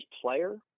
player